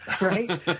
Right